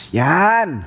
yan